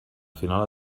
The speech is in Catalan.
final